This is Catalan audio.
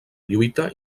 lluita